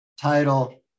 title